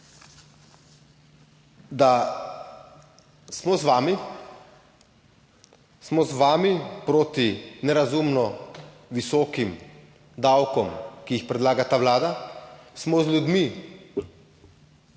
da smo z vami, smo z vami proti nerazumno visokim davkom, ki jih predlaga ta Vlada, smo z ljudmi,